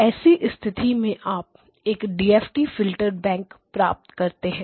ऐसी स्थिति में आप एक डीएफटी फिल्टर बैंक प्राप्त करते हैं